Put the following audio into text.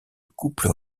couple